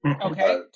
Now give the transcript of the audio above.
Okay